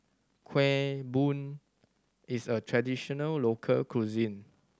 Kueh Bom is a traditional local cuisine